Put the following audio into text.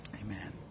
Amen